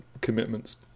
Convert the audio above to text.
commitments